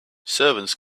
servants